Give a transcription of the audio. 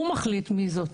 הוא מחליט מי זאת.